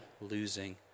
losing